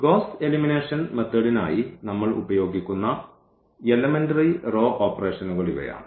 Gauss elimination മെത്തേഡിനായി നമ്മൾ ഉപയോഗിക്കുന്ന എലിമെന്ററി റോ ഓപ്പറേഷനുകൾ ഇവയാണ്